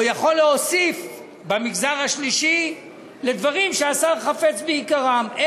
או יכול להוסיף במגזר השלישי לדברים שהשר חפץ ביקרם.